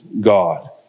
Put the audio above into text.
God